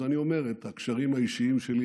אז אני אומר את הקשרים האישיים שלי,